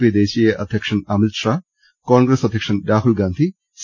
P ദേശീയ അധ്യക്ഷൻ അമിത്ഷാ കോൺഗ്രസ് അധ്യക്ഷൻ രാഹുൽ ഗാന്ധി സി